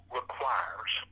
requires